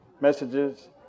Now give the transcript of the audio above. messages